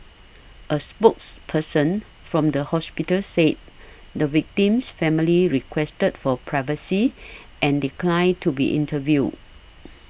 a spokesperson from the hospital said the victim's family requested for privacy and declined to be interviewed